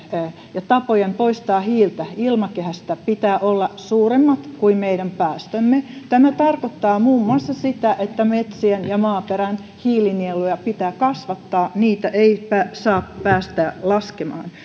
ja tapojen poistaa hiiltä ilmakehästä pitää olla suuremmat kuin meidän päästömme tämä tarkoittaa muun muassa sitä että metsien ja maaperän hiilinieluja pitää kasvattaa niitä ei saa päästää laskemaan